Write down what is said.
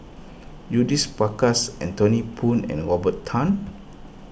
Judith Prakash Anthony Poon and Robert Tan